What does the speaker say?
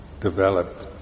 developed